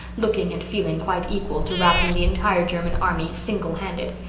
looking, and feeling quite equal to routing the entire german army single-handed.